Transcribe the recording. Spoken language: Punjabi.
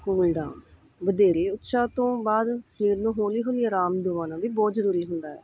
ਕੂਲਡਾਨ ਵਧੇਰੇ ਉਤਸ਼ਾਹ ਤੋਂ ਬਾਅਦ ਸਰੀਰ ਨੂੰ ਹੌਲੀ ਹੌਲੀ ਅਰਾਮ ਦਵਾਉਣਾ ਵੀ ਬਹੁਤ ਜ਼ਰੂਰੀ ਹੁੰਦਾ ਹੈ